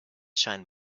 shine